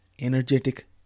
energetic